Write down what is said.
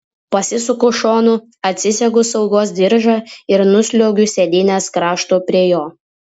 pasisuku šonu atsisegu saugos diržą ir nusliuogiu sėdynės kraštu prie jo